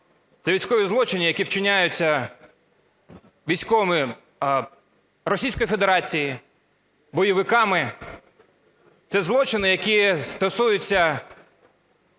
Це військові злочини, які вчиняються військовими Російської Федерації, бойовиками. Це злочини, які стосуються